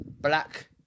black